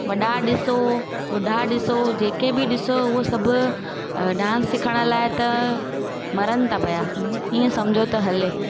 वॾा ॾिसो बुढा ॾिसो जेके बि ॾिसो उहो सभु अ डांस सिखण लाइ त मरनि था पिया ईअं सम्झो त हले